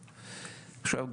עכשיו,